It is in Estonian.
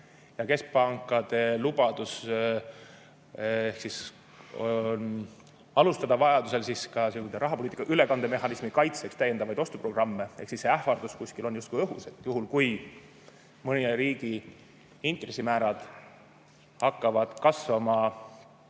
Keskpankade lubadus on alustada vajadusel ka rahapoliitika ülekandemehhanismi kaitseks täiendavaid ostuprogramme. Ähvardus kuskil on justkui õhus, et juhul kui mõne riigi intressimäärad hakkavad kasvama